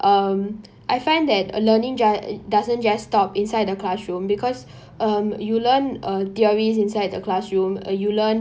um I find that a learning ju~ doesn't just stop inside the classroom because um you learn uh theories inside the classroom uh you learn